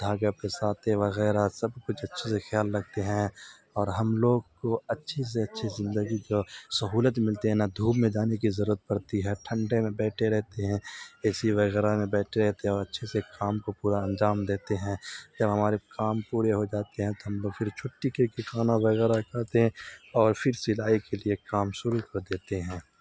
دھاگہ پھنساتے وغیرہ سب کچھ اچھے سے خیال رکھتے ہیں اور ہم لوگ کو اچھی سے اچھی زندگی کو سہولت ملتے ہیں نہ دھوپ میں جانے کی ضرورت پڑتی ہے ٹھنڈے میں بیٹھے رہتے ہیں اے سی وغیرہ میں بیٹھے رہتے ہیں اور اچھے سے کام کو پورا انجام دیتے ہیں جب ہمارے کام پورے ہو جاتے ہیں تو ہم پھر چھٹی کے کھانا وغیرہ کرتے ہیں اور پھر سلائی کے لیے کام شروع کر دیتے ہیں